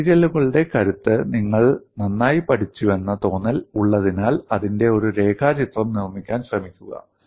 മെറ്റീരിയലുകളുടെ കരുത്ത് നിങ്ങൾ നന്നായി പഠിച്ചുവെന്ന തോന്നൽ ഉള്ളതിനാൽ അതിന്റെ ഒരു രേഖാചിത്രം നിർമ്മിക്കാൻ ശ്രമിക്കുക